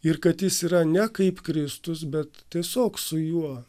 ir kad jis yra ne kaip kristus bet tiesiog su juo